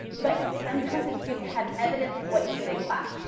but sometimes it's good to have evidence of what you did in class.